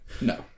No